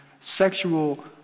sexual